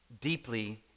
deeply